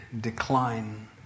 decline